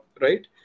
Right